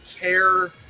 care